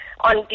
On